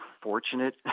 fortunate